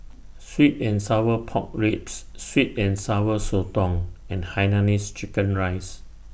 Sweet and Sour Pork Ribs Sweet and Sour Sotong and Hainanese Chicken Rice